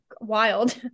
wild